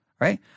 right